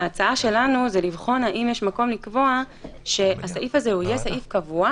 ההצעה שלנו היא לבחון אם יש מקום לקבוע שהסעיף הזה יהיה סעיף קבוע,